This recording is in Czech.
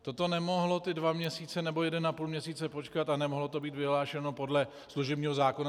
To to nemohlo ty dva měsíce nebo jedenapůl měsíce počkat a nemohlo to být vyhlášeno podle služebního zákona?